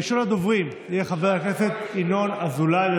ראשון הדוברים יהיה חבר הכנסת ינון אזולאי.